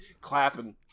clapping